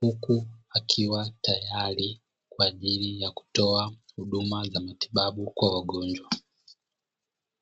huku akiwa tayari kwa ajili ya kutoa huduma za matibabu kwa wagonjwa.